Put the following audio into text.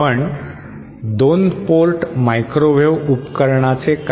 पण 2 port microwave उपकरणाचे काय